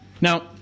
Now